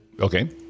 Okay